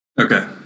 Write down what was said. Okay